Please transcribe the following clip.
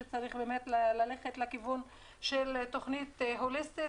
שצריך ללכת לכיוון של תוכנית הוליסטית